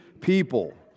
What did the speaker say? people